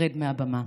ורד מהבמה.